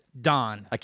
Don